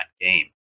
game